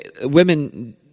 women –